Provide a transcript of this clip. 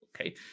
Okay